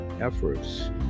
efforts